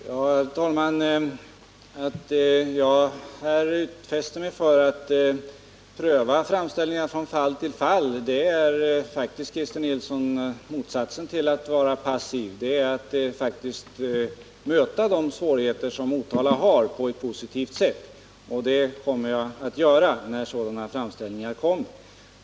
Herr talman! Att jag utfäster mig att pröva framställningar från fall till fall är faktiskt, Christer Nilsson, motsatsen till att vara passiv — det är att möta de svårigheter som Motala har på ett positivt sätt. Och det kommer jag att göra, när sådana framställningar görs.